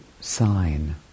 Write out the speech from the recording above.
sign